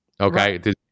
Okay